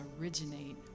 originate